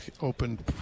opened